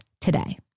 today